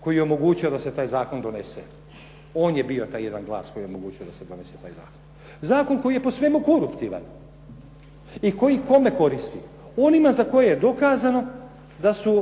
koji je omogućio da se taj zakon donese. On je bio taj jedan glas koji je omogućio da se donese taj zakon. Zakon koji je po svemu koruptivan i koji kome koristi? Onima za koje je dokazano da su